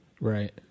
right